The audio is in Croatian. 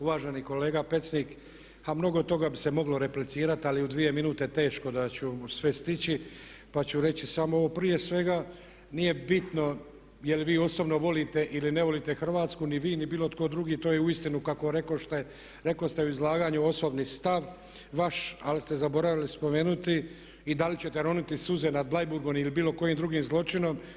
Uvaženi kolega Pecnik, pa mnogo toga bi se moglo replicirati ali u dvije minute teško da ću sve stići pa ću reći samo ovo, prije svega nije bitno jel vi osobno volite ili ne volite Hrvatsku, ni vi ni bilo tko drugi i to je uistinu kako rekoste u izlaganju osobni stav vaš ali ste zaboravili spomenuti i da li ćete roniti suze nad Bleiborgom ili bilo kojim drugim zločinom.